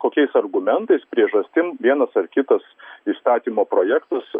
kokiais argumentais priežastim vienas ar kitas įstatymo projektas